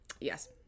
Yes